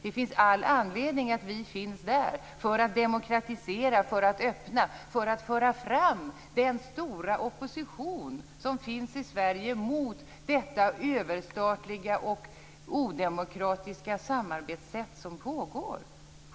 Vi har all anledning att finnas i Europaparlamentet för att demokratisera, för att öppna upp och för att föra fram den stora opposition som föreligger i Sverige mot det överstatliga och odemokratiska samarbetssätt som finns.